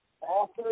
author